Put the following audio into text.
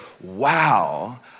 wow